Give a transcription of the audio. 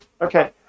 Okay